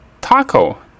Taco